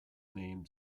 named